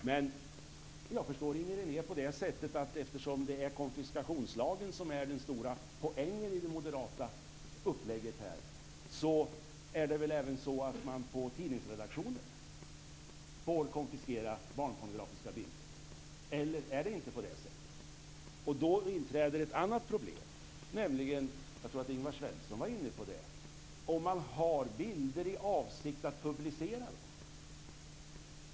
Men jag förstår Inger René ungefär på det sättet att eftersom det är konfiskationslagen som är den stora poängen i det moderata upplägget här, så får man väl även konfiskera barnpornografiska bilder på tidningsredaktioner. Eller är det inte på det sättet? Då inträder ett annat problem, som jag tror att Ingvar Svensson var inne på, nämligen om man har bilder som man avser att publicera.